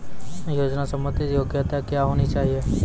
योजना संबंधित योग्यता क्या होनी चाहिए?